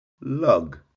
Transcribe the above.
lug